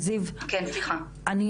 זיו, אני חושבת